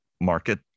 market